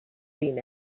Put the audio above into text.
seen